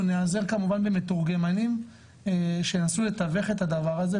אנחנו נעזר כמובן במתורגמנים שינסו לתווך את הדבר הזה,